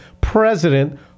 president